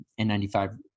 N95